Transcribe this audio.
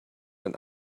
and